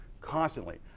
constantly